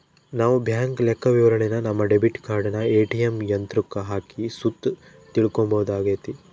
ನಾವು ಬ್ಯಾಂಕ್ ಲೆಕ್ಕವಿವರಣೆನ ನಮ್ಮ ಡೆಬಿಟ್ ಕಾರ್ಡನ ಏ.ಟಿ.ಎಮ್ ಯಂತ್ರುಕ್ಕ ಹಾಕಿ ಸುತ ತಿಳ್ಕಂಬೋದಾಗೆತೆ